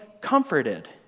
comforted